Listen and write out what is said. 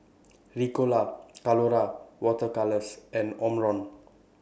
Ricola Colora Water Colours and Omron